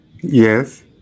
Yes